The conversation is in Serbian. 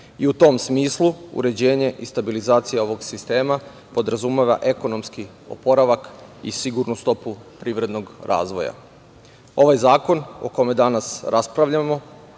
U tom smislu, uređenje i stabilizacija ovog sistema podrazumeva ekonomski oporavak i sigurnu stopu privrednog razvoja. Ovaj zakon o kome danas raspravljamo,